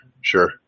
sure